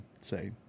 say